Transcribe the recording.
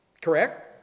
Correct